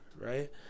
right